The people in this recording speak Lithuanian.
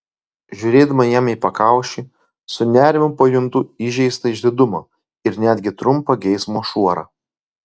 žiūrėdama jam į pakaušį su nerimu pajuntu įžeistą išdidumą ir netgi trumpą geismo šuorą